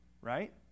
right